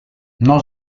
non